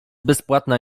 bezpłatna